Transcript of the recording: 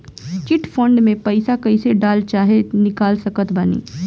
Chit fund मे पईसा कईसे डाल चाहे निकाल सकत बानी?